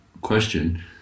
question